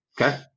Okay